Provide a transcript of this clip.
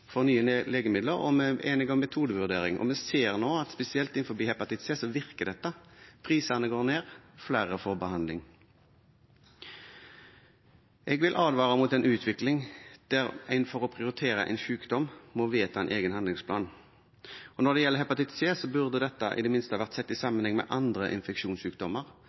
for nye legemidler, og vi er enige om metodevurdering. Vi ser nå at spesielt innenfor hepatitt C virker dette. Prisene går ned, flere får behandling. Jeg vil advare mot en utvikling der en for å prioritere en sykdom må vedta en egen handlingsplan. Når det gjelder hepatitt C, burde dette i det minste vært sett i sammenheng med andre infeksjonssykdommer,